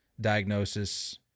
diagnosis